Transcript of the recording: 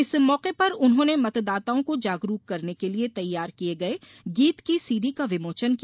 इस मौके पर उन्होंने मतदाताओं को जागरूक करने के लिये तैयार किये गये गीत की सीडी का विमोचन किया